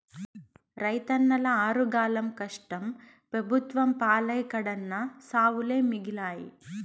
రైతన్నల ఆరుగాలం కష్టం పెబుత్వం పాలై కడన్నా సావులే మిగిలాయి